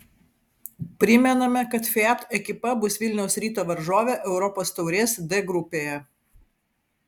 primename kad fiat ekipa bus vilniaus ryto varžovė europos taurės d grupėje